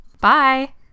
Bye